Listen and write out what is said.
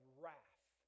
wrath